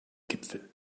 gipfel